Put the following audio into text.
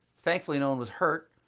thankfully, no one was hurt,